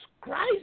Christ